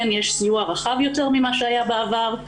כן יש סיוע רחב יותר ממה שהיה בעבר.